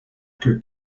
que